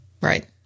Right